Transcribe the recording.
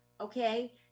okay